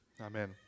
Amen